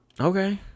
Okay